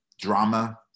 drama